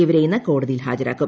ഇവരെ ഇന്ന് കോടതിയിൽ ഹാജരാക്കും